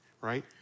right